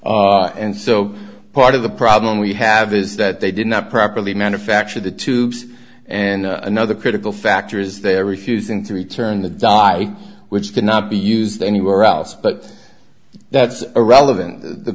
necessary and so part of the problem we have is that they did not properly manufacture the tubes and another critical factor is they are refusing to return the dye which cannot be used anywhere else but that's irrelevant the